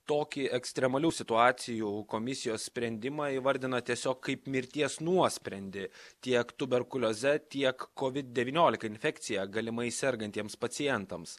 tokį ekstremalių situacijų komisijos sprendimą įvardina tiesiog kaip mirties nuosprendį tiek tuberkulioze tiek covid devyniolika infekcija galimai sergantiems pacientams